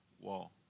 wall